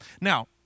Now